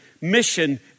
mission